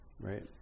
right